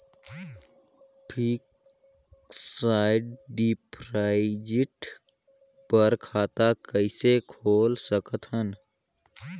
Fixed deposit बर खाता कइसे खोल सकत हन?